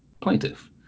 plaintiff